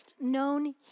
known